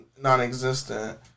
non-existent